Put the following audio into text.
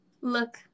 Look